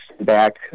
back